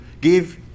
Give